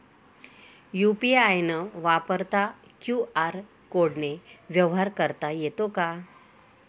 UPI न वापरता QR कोडने व्यवहार करता येतो का?